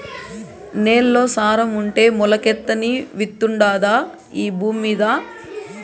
నేల్లో సారం ఉంటే మొలకెత్తని విత్తుండాదా ఈ భూమ్మీద